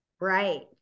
Right